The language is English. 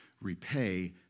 repay